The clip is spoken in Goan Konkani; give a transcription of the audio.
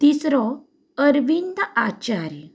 तिसरो अरविंद आचार्य